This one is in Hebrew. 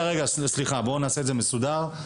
שם.